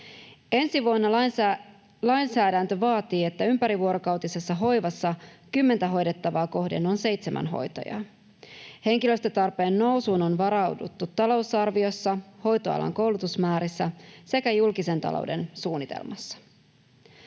Ensi vuonna lainsäädäntö vaatii, että ympärivuorokautisessa hoivassa kymmentä hoidettavaa kohden on seitsemän hoitajaa. Henkilöstötarpeen nousuun on varauduttu talousarviossa, hoitoalan koulutusmäärissä sekä julkisen talouden suunnitelmassa.